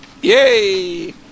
Yay